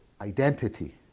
identity